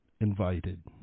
invited